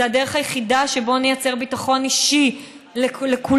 זו הדרך היחידה שבה נייצר ביטחון אישי לכולנו,